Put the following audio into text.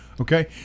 Okay